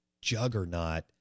juggernaut